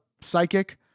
psychic